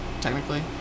technically